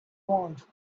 want